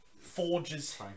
Forges